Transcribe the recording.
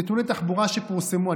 נתוני תחבורה שפורסמו,